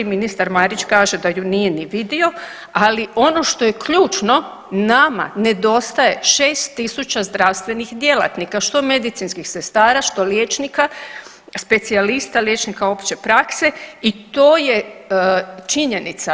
Ministar Marić kaže da ju nije ni vidio, ali ono što je ključno nama nedostaje 6000 zdravstvenih djelatnika, što medicinskih sestara, što liječnika, specijalista, liječnika opće prakse i to je činjenica.